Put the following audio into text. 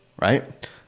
Right